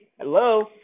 Hello